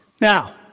Now